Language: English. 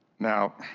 now,